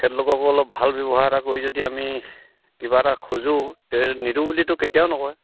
তেখেতলোকক অলপ ভাল ব্যৱহাৰ এটা কৰি যদি আমি কিবা এটা খোজোঁ তে নিদিও বুলিতো কেতিয়াও নকয়